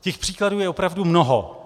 Těch příkladů je opravdu mnoho.